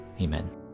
Amen